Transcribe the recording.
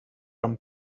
rum